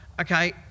okay